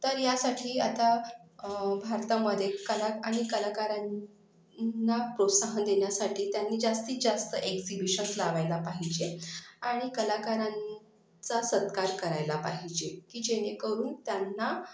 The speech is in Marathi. तर यासाठी आता भारतामध्ये कला आणि कलाकारांना प्रोत्साहन देण्यासाठी त्यांनी जास्तीतजास्त एक्झिबिशन्स लावायला पाहिजेत आणि कलाकारांचा सत्कार करायला पाहिजे की जेणेकरून त्यांना